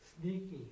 Sneaky